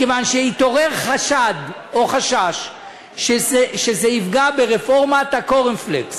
מכיוון שהתעורר חשד או חשש שזה יפגע ברפורמת הקורנפלקס.